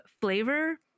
flavor